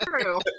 true